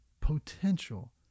potential